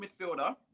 midfielder